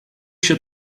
się